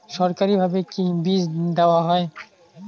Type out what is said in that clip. সরকারিভাবে কি বীজ দেওয়া হয়?